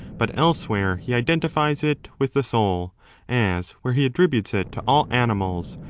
but elsewhere he identifies it with the soul as where he attributes it to all animals,